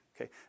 Okay